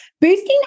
Boosting